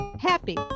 HAPPY